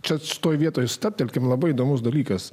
tad toje vietoj stabtelkime labai įdomus dalykas